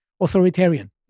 authoritarian